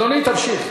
אדוני, תמשיך.